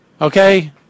Okay